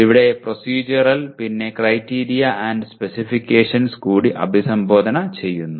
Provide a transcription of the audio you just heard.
ഇവിടെ പ്രോസെഡ്യൂറൽ പിന്നെ criteria and specifications കൂടി അഭിസംബോധന ചെയ്യുന്നു